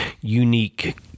unique